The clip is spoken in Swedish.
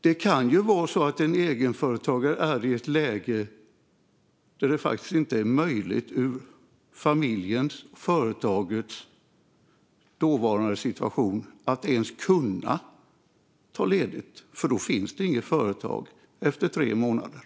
Det kan vara så att en egenföretagare är i ett läge där det ur familjens och företagets situation inte ens är möjligt att ta ledigt, för efter tre månader finns inte företaget kvar.